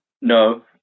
No